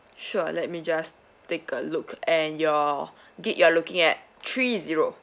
sure let me just take a look and your gig~ you're looking at three zero